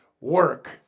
work